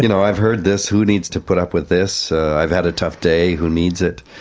you know i've heard this who needs to put up with this, i've had a tough day, who needs it?